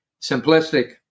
simplistic